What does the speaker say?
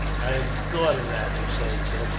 i have thought of that, hossein said.